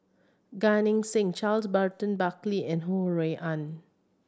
Gan Eng Seng Charles Burton Buckley and Ho Rui An